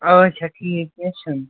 آچھا ٹھیٖک کیٚنٛہہ چھُنہٕ